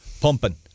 pumping